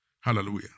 Hallelujah